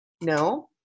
No